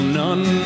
none